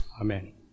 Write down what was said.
Amen